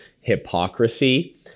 hypocrisy